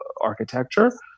architecture